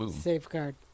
safeguard